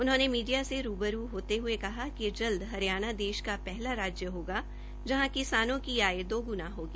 उन्होंने मीडिया से रूबरू होते कहा कि जल्द हरियाणा देश का पहला राज्य होगा जहां किसानों की आय दोगुणा होगी